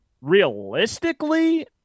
Realistically